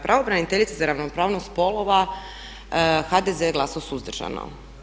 Pravobraniteljica za ravnopravnost spolova HDZ je glasovao suzdržano.